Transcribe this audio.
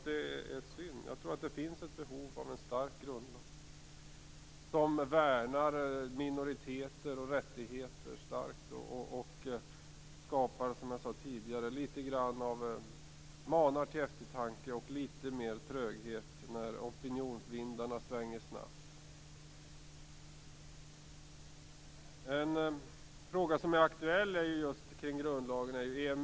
Det är synd, för det finns ett behov av en stark grundlag, som starkt värnar minoriteter och rättigheter, som manar till eftertanke och skapar en tröghet som kan behövas när opinionsvindarna svänger snabbt. En fråga som är aktuell är EMU och grundlagen.